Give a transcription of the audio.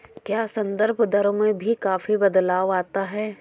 क्या संदर्भ दरों में भी काफी बदलाव आता है?